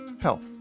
health